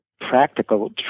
practical